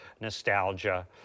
nostalgia